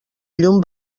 llum